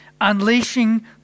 Unleashing